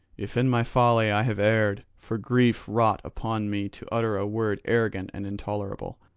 if in my folly i have erred, for grief wrought upon me to utter a word arrogant and intolerable.